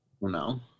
No